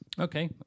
Okay